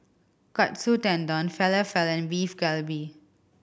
Katsu Tendon Falafel and Beef Galbi